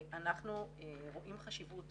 אנחנו רואים חשיבות